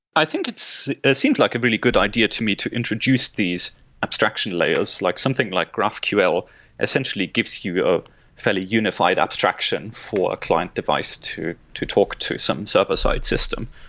i think it seems like a really good idea to me to introduce these abstraction layers. like something like graphql essentially gives you a fairly unified abstraction for a client device to to talk to some server-side system.